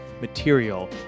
material